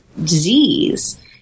disease